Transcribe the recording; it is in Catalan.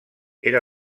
era